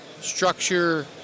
structure